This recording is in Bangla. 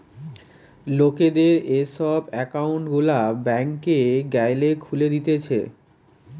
লোকদের এই সব একউন্ট গুলা ব্যাংকে গ্যালে খুলে দিতেছে